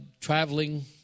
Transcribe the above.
traveling